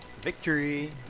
Victory